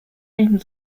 time